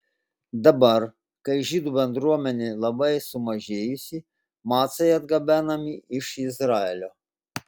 dabar kai žydų bendruomenė labai sumažėjusi macai atgabenami iš izraelio